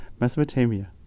Mesopotamia